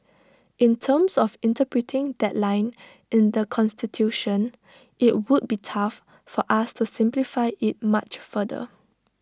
in terms of interpreting that line in the Constitution IT would be tough for us to simplify IT much further